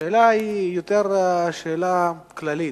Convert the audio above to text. השאלה היא יותר שאלה כללית: